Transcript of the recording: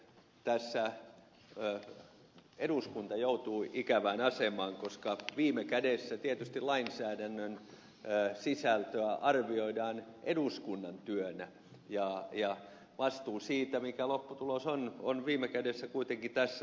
tässä eduskunta joutui ikävään asemaan koska viime kädessä tietysti lainsäädännön sisältöä arvioidaan eduskunnan työnä ja vastuu siitä mikä lopputulos on on viime kädessä kuitenkin tässä talossa